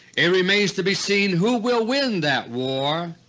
it remains to be seen who will win that war,